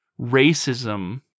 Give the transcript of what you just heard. racism